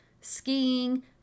skiing